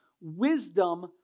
wisdom